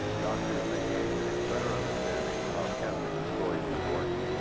doctors may gain a better understanding of how cancer destroys this organ.